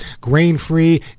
grain-free